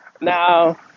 now